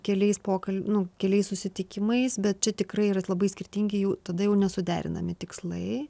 keliais pokal nu keliais susitikimais bet čia tikrai yra labai skirtingi jau tada jau nesuderinami tikslai